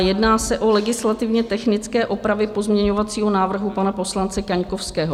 Jedná se o legislativně technické opravy pozměňovacího návrhu pan poslance Kaňkovského.